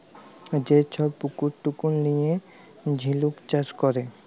যে ছব পুকুর টুকুর লিঁয়ে ঝিলুক চাষ ক্যরে